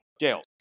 Jail